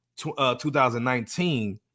2019